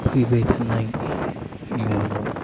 फैबाय थानाय इयुनाव